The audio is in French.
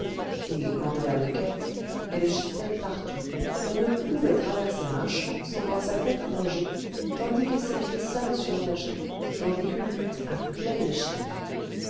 et quant à la mouquette elle gîtait partout on ne pouvait traverser un champ sans voir sa tête plonger tandis que ses pieds seuls surnageaient dans des culbutes à pleine échine